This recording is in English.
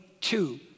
two